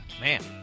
Man